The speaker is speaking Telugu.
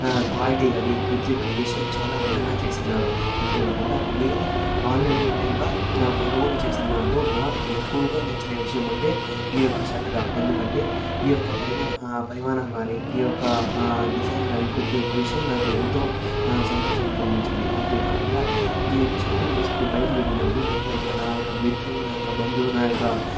క్వాలిటీ కాని ప్రతి ఒక్క విషయం చాలా అందంగా చేసి ఉన్నారు అంతేకాకుండా నేను ఆన్లైన్ మూల్యంగా కొనుగోలు చేసిన దాంట్లో నాకు ఎక్కువగా నచ్చిన విషయం అంటే ఈ యొక్క షర్టు దా ఎందుకంటే ఈ యొక్క పరిమ పరిమాణం గానీ ఈ యొక్క డిజైన్ కానీ ప్రతి ఒక్క విషయం నాకు ఎంతో సంతోషాన్ని కలిగించింది అంతేకాకుండా ఈ యొక్క షర్టు వేసుకొని బయటికి వెళ్ళినప్పుడు ప్రతి ఒక్క నా యొక్క మిత్రువు నా యొక్క బంధువు నా యొక్క